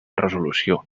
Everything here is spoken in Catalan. resolució